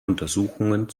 untersuchungen